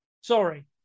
Sorry